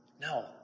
No